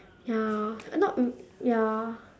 ya not um ya